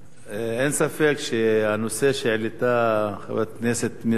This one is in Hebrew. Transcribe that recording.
אין ספק שהנושא שהעלתה חברת הכנסת מירי רגב,